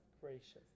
gracious